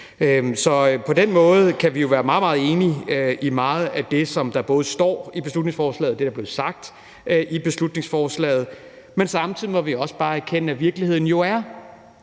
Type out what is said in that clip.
Så på den måde kan vi jo være meget, meget enige i meget af det, der står i beslutningsforslaget, og det, der blev sagt om beslutningsforslaget. Men samtidig må vi også bare erkende, at virkeligheden jo er,